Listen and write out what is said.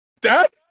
Dad